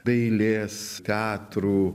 dailės teatrų